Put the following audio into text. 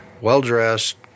well-dressed